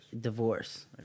Divorce